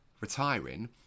retiring